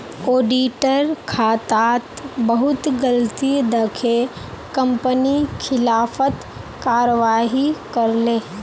auditor खातात बहुत गलती दखे कंपनी खिलाफत कारवाही करले